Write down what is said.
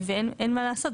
ואין מה לעשות.